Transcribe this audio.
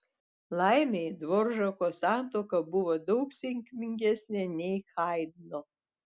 laimei dvoržako santuoka buvo daug sėkmingesnė nei haidno